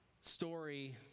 story